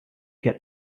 get